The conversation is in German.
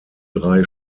drei